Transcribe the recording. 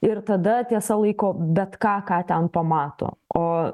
ir tada tiesa laiko bet ką ką ten pamato o